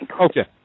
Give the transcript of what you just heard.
Okay